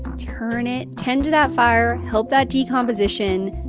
turn it. tend to that fire. help that decomposition.